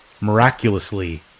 miraculously